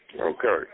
Okay